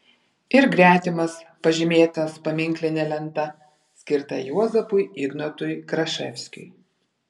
ir gretimas pažymėtas paminkline lenta skirta juozapui ignotui kraševskiui